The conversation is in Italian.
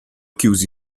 chiusi